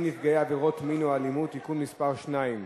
נפגעי עבירות מין או אלימות (תיקון מס' 2)